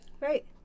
Right